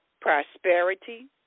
Prosperity